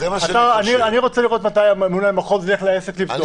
אני רוצה לראות מתי הממונה על המחוז ילך לעסק לבדוק.